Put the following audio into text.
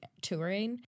touring